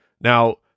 Now